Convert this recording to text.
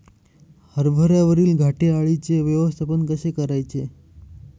हरभऱ्यावरील घाटे अळीचे व्यवस्थापन कसे करायचे?